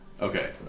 Okay